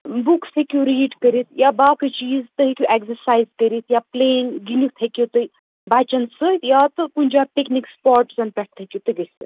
بُکٕس ہیٚکِو رییڈ کٔرِتھ یا باقٕے چیٖز تُہۍ ہیٚکِو ایٚکزرسایِز کٔرِتھ یا پُلییِنٛگ گِنٛدِتھ ہیٚکِو تُہی بچن سۭتۍ یا تُہۍ کُنہِ جایہِ پِکنِک سُپاٹسن پیٚٹھ تہِ ہیٚکِو تُہۍ گٔژھِتھ